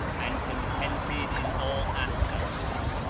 and contented in all aspects.